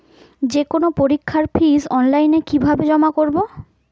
যে কোনো পরীক্ষার ফিস অনলাইনে কিভাবে জমা করব?